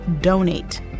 donate